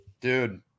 Dude